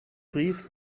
brief